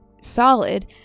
solid